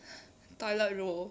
toilet roll